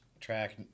track